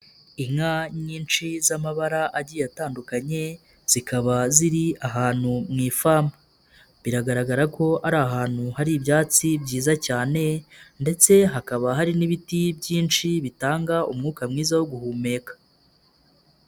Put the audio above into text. Inka nyinshi z'amabara agiye atandukanye zikaba ziri ahantu mu ifamu, biragaragara ko ari ahantu hari ibyatsi byiza cyane ndetse hakaba hari n'ibiti byinshi bitanga umwuka mwiza wo guhumeka.